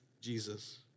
Jesus